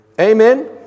Amen